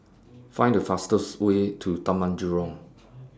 Find The fastest Way to Taman Jurong